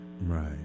Right